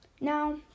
Now